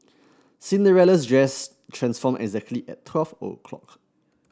Cinderella's dress transformed exactly at twelve o'clock